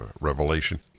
revelation